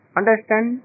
Understand